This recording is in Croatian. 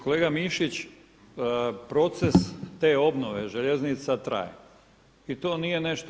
Kolega Mišić proces te obnove željeznica traje i to nije nešto.